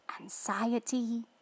anxiety